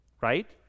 right